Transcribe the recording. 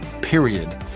period